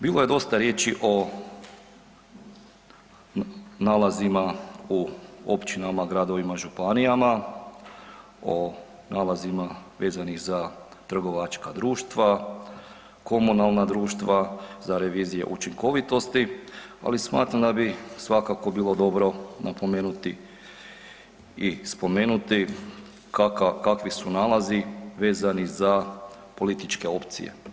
Bilo je dosta riječi o nalazima u Općinama, Gradovima, Županijama, o nalazima vezanih za trgovačka društva, komunalna društva, za revizije učinkovitosti, ali smatram da bi svakako bilo dobro napomenuti i spomenuti kakvi su nalazi vezani za političke opcije.